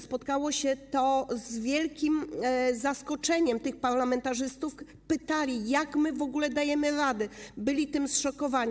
Spotkało się to z wielkim zaskoczeniem tych parlamentarzystów, pytali, jak my w ogóle dajemy radę, byli tym zszokowani.